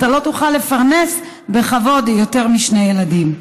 אתה לא תוכל לפרנס בכבוד יותר משני ילדים.